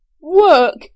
Work